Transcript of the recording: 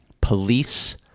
Police